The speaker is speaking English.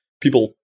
People